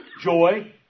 joy